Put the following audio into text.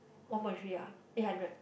one point three ah eight hundred